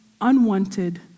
unwanted